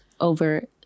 over